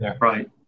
Right